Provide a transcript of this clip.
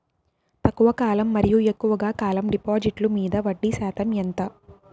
తక్కువ కాలం మరియు ఎక్కువగా కాలం డిపాజిట్లు మీద వడ్డీ శాతం ఎంత?